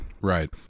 Right